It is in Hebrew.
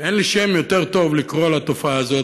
ואין לי שם יותר טוב לקרוא לתופעה הזאת,